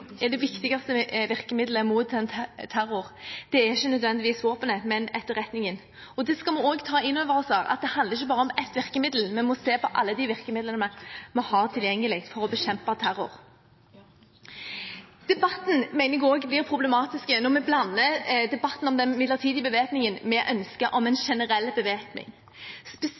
er det viktigste virkemidlet mot terror, er ikke nødvendigvis våpenet, men etterretningen. Det skal vi også ta inn over oss her – at det handler ikke bare om ett virkemiddel. Vi må se på alle de virkemidlene vi har tilgjengelig for å bekjempe terror. Jeg mener det også er problematisk når vi blander debatten om den midlertidige bevæpningen med ønsket om en